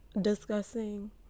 discussing